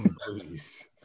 please